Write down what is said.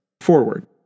Forward